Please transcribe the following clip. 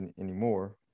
anymore